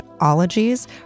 ologies